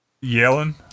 Yelling